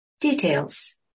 details